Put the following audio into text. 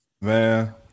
Man